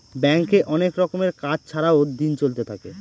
ব্যাঙ্কে অনেক রকমের কাজ ছাড়াও দিন চলতে থাকে